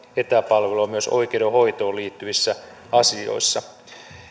etäpalvelua myös oikeudenhoitoon liittyvissä asioissa